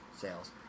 sales